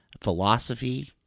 philosophy